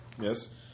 Yes